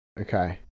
Okay